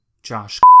Josh